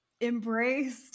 embraced